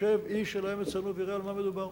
ישב איש שלהם אצלנו ויראה על מה מדובר,